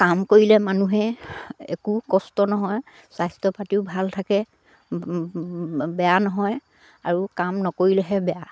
কাম কৰিলে মানুহে একো কষ্ট নহয় স্বাস্থ্য পাতিও ভাল থাকে বেয়া নহয় আৰু কাম নকৰিলেহে বেয়া